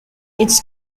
its